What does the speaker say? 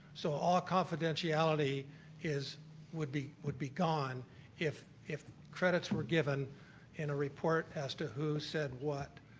so all confidentiality is would be would be gone if if credits were given in a report as to who said what,